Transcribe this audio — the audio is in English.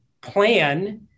plan